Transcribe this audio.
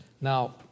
Now